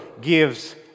gives